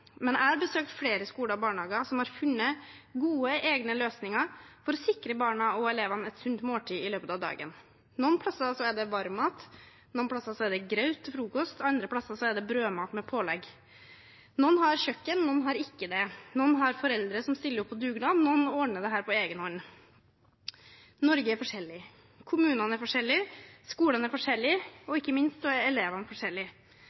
plasser er det varm mat, noen plasser er det grøt til frokost, andre plasser er det brødmat med pålegg. Noen har kjøkken, noen har ikke det. Noen har foreldre som stiller opp på dugnad, noen ordner dette på egen hånd. Norge er forskjellig, kommunene er forskjellige, skolene er